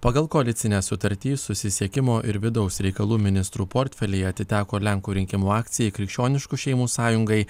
pagal koalicinę sutartį susisiekimo ir vidaus reikalų ministrų portfeliai atiteko lenkų rinkimų akcijai krikščioniškų šeimų sąjungai